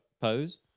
pose